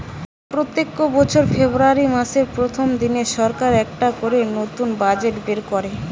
পোত্তেক বছর ফেব্রুয়ারী মাসের প্রথম দিনে সরকার একটা করে নতুন বাজেট বের কোরে